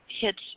hits